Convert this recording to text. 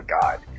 God